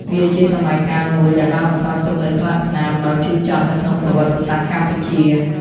វាជាសម័យកាលមួយដែលបានបន្សល់ទុកនូវស្លាកស្នាមដ៏ជូរចត់នៅក្នុងប្រវត្តិសាស្ត្រកម្ពុជា។